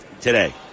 today